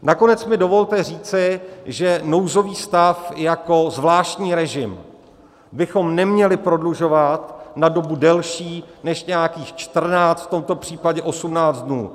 Nakonec mi dovolte říci, že nouzový stav jako zvláštní režim bychom neměli prodlužovat na dobu delší než nějakých čtrnáct, v tomto případě osmnáct dnů.